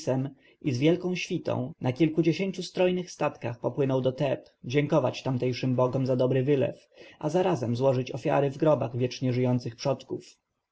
z wielką świtą na kilkudziesięciu strojnych statkach popłynął do teb dziękować tamtejszym bogom za dobry wylew a zarazem złożyć ofiary w grobach wiecznie żyjących przodków